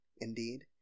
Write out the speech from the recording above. indeed